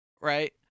right